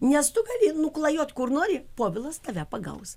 nes tu gali nuklajot kur nori povilas tave pagaus